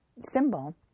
symbol